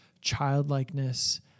childlikeness